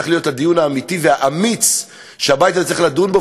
צריך להיות הדיון האמיתי והאמיץ שהבית הזה צריך לעסוק בו,